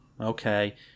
Okay